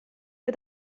wir